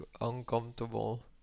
uncomfortable